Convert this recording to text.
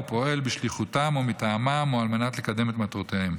פועלים בשליחותם או מטעמם או על מנת לקדם את מטרותיהם.